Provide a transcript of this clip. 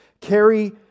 carry